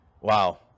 Wow